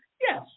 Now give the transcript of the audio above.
Yes